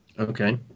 Okay